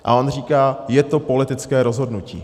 A on říká, je to politické rozhodnutí.